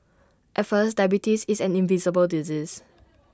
at first diabetes is an invisible disease